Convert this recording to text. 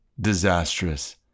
disastrous